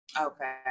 Okay